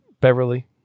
beverly